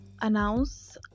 announce